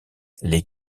les